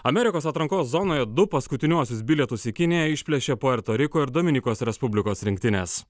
amerikos atrankos zonoje du paskutiniuosius bilietus į kiniją išplėšė puerto riko ir dominikos respublikos rinktinės